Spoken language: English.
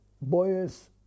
boys